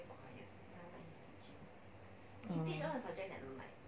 oh